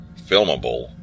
filmable